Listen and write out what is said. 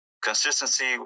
consistency